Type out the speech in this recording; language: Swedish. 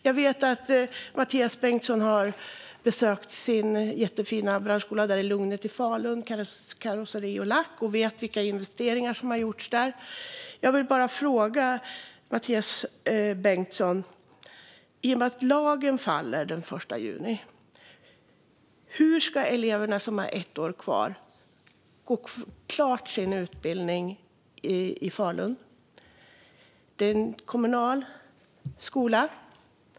Jag vet att Mathias Bengtsson har besökt sin jättefina branschskola inom karosseri och lack i Lugnet i Falun och vet vilka investeringar som har gjorts där. Lagen faller den 1 juni. I och med det vill jag fråga Mathias Bengtsson: Hur ska de elever som har ett år kvar kunna gå klart sin utbildning i Falun? Det är en kommunal skola.